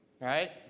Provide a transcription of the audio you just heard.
right